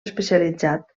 especialitzat